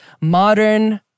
modern